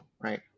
right